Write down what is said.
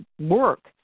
work